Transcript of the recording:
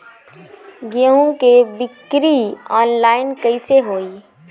गेहूं के बिक्री आनलाइन कइसे होई?